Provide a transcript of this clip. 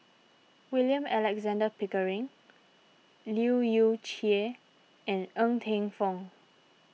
William Alexander Pickering Leu Yew Chye and Ng Teng Fong